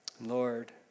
Lord